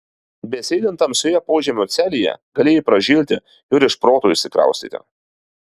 besėdint tamsioje požemio celėje galėjai pražilti ir iš proto išsikraustyti